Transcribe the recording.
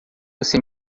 você